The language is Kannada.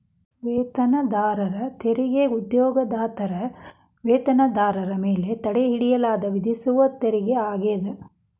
ವೇತನದಾರರ ತೆರಿಗೆ ಉದ್ಯೋಗದಾತರ ವೇತನದಾರರ ಮೇಲೆ ತಡೆಹಿಡಿಯಲಾದ ವಿಧಿಸುವ ತೆರಿಗೆ ಆಗ್ಯಾದ